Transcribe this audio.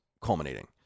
culminating